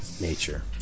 nature